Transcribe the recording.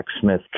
Smith